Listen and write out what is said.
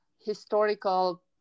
historical